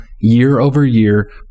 year-over-year